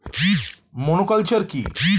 Monoculture কি?